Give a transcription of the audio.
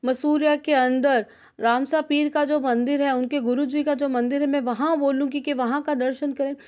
मसूरिया के अंदर रामसा पीर का जो मंदिर है उनके गुरु जी का जो मंदिर मैं वहाँ बोलूँगी कि वहाँ का दर्शन करें